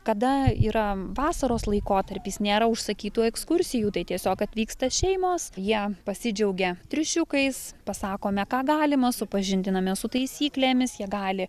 kada yra vasaros laikotarpis nėra užsakytų ekskursijų tai tiesiog atvyksta šeimos jie pasidžiaugia triušiukais pasakome ką galima supažindiname su taisyklėmis jie gali